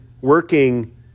working